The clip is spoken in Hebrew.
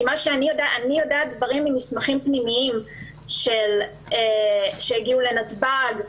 אני יודעת דברים ממסמכים פנימיים שהגיעו לנתב"ג,